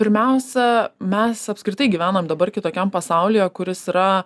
pirmiausia mes apskritai gyvenam dabar kitokiam pasaulyje kuris yra